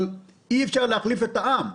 אבל אי אפשר להחליף את העם.